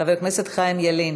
חבר הכנסת חיים ילין,